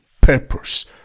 purpose